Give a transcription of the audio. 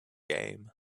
game